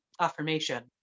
affirmation